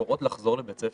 קוראות לחזור לבית ספר.